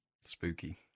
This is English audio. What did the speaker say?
Spooky